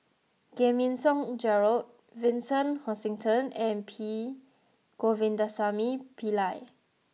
Giam Yean Song Gerald Vincent Hoisington and P Govindasamy Pillai